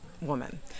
woman